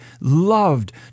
loved